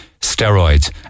steroids